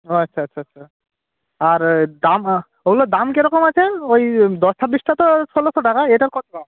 ও আচ্ছা আচ্ছা আচ্ছা আর এ দাম ওগুলোর দাম কেরকম আছে ওই দশ ছাব্বিশটা তো ষোলোশো টাকা এটার কত দাম